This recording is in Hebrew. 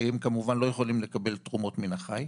שהם כמובן לא יכולים לקבל תרומות מן החי.